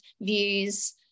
views